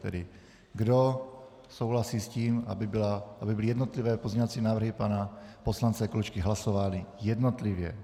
Tedy, kdo souhlasí s tím, aby byly jednotlivé pozměňovací návrhy pana poslance Klučky hlasovány jednotlivě.